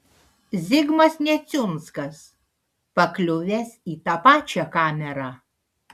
zigmas neciunskas pakliuvęs į tą pačią kamerą